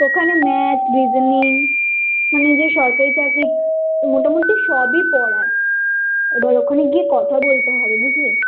ওখানে maths reasoning আমি যে সরকারি চাকরির ও মোটামুটি সবই পড়ায় ওর ওখানে গিয়ে কথা বলতে হবে বুঝলি